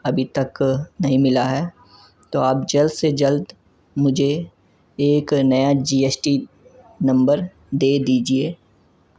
ابھی تک نہیں ملا ہے تو آپ جلد سے جلد مجھے ایک نیا جی ایش ٹی نمبر دے دیجیے